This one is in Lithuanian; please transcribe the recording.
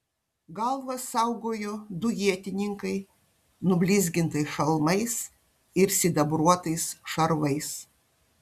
galvas saugojo du ietininkai nublizgintais šalmais ir sidabruotais šarvais